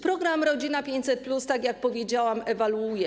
Program ˝Rodzina 500+˝, tak jak powiedziałam, ewoluuje.